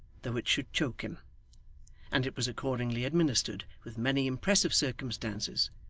though it should choke him and it was accordingly administered with many impressive circumstances,